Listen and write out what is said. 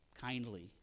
kindly